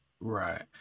Right